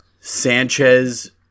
Sanchez